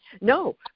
No